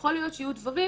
יכול להיות שיהיו דברים